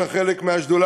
אתה חלק מהשדולה,